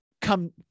come